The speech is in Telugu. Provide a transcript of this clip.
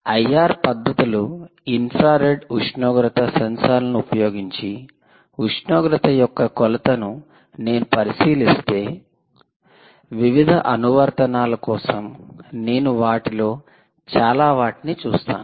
ఐఆర్ పద్ధతులు ఇన్ఫ్రా రెడ్ ఉష్ణోగ్రత సెన్సార్లను ఉపయోగించి ఉష్ణోగ్రత యొక్క కొలతను నేను పరిశీలిస్తే వివిధ అనువర్తనాల కోసం నేను వాటిలో చాలా వాటిని చూస్తాను